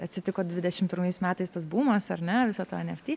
atsitiko dvidešimt pirmais metais tas bumas ar ne viso to en ef tį